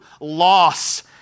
loss